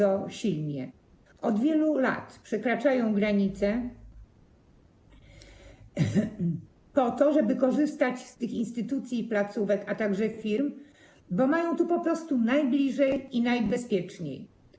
Od wielu lat przekraczają granice po to, żeby korzystać z tych instytucji i placówek, a także firm, bo mają tu po prostu najbliżej i najbezpieczniej.